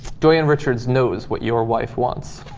doing and richards knows what your wife wants